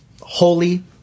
holy